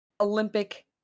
Olympic